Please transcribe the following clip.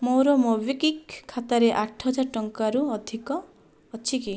ମୋ'ର ମୋବିକ୍ଵିକ୍ ଖାତାରେ ଆଠ ହଜାର ଟଙ୍କାରୁ ଅଧିକ ଅଛି କି